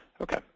Okay